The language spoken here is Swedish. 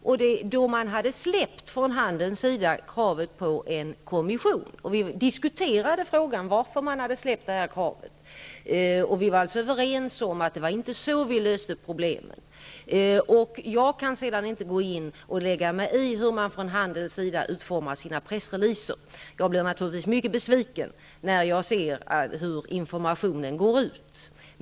Från handelns sida hade man släppt kravet på en kommission. Vi diskuterade varför man hade släppt kravet. Vi var överens om att man inte löser problemen på det sättet. Jag kan inte lägga mig i hur man från handelns sida utformar sina pressreleaser. Jag blev naturligtvis mycket besviken när jag såg vilken information som går ut.